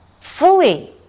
fully